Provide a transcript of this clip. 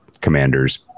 commanders